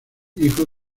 hijo